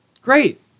Great